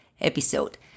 episode